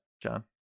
John